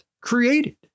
created